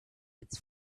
its